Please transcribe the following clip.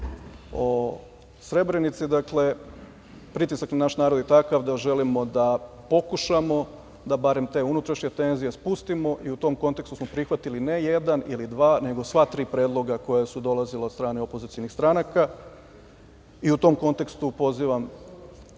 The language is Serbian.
o Srebrenici, dakle, pritisak na naš narod je takav da želimo da pokušamo da barem te unutrašnje tenzije spustimo. U tom kontekstu smo prihvatili ne jedan ili dva, nego sva tri predloga koja su dolazila od strane opozicionih stranaka.U tom kontekstu, pozivam